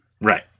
Right